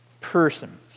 person